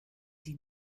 die